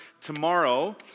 tomorrow